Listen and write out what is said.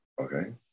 Okay